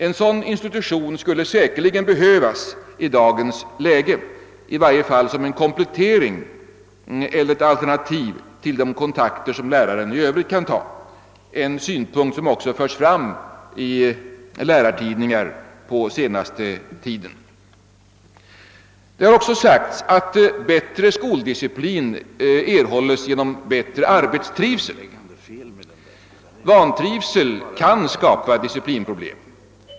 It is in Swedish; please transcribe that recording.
En sådan institution skulle säkerligen behövas i dagens läge, i varje fall som en komplettering eller som ett alternativ till de kontakter som läraren i övrigt kan ta, en synpunkt som också förts fram i lärartidningar på senaste tiden. Det har också sagts att bättre skoldisciplin erhålles genom bättre arbetstrivsel.